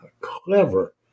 clever